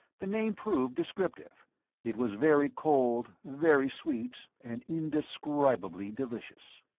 the name proved descriptive it was very cold, very sweet and indescribably delicious.